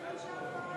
אושר בקריאה שנייה